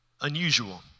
unusual